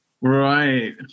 Right